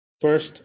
First